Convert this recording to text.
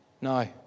No